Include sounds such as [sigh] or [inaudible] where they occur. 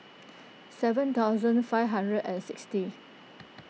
[noise] seven thousand five hundred and sixty